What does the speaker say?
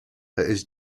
his